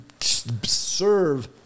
serve